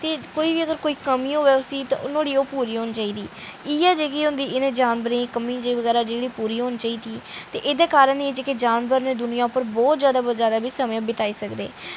ते कोई बी अगर कोई कमी होऐ उसी ते नुआढ़ी ओह् पूरी होनी चाहिदी इ'यै जेह्की होंदी इ'नें जानवरें दी कमी बगैरा पूरी होनी चाहिदी ते एह्दे कारण एह् जानवर जेह्ड़े दुनिया उप्पर बहुत जैदा समां बताई सकदे